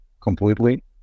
completely